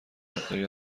مقداری